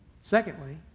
Secondly